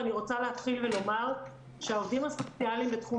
אני רוצה להתחיל ולומר שהעובדים הסוציאליים בתחום